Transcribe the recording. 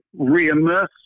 reimmerse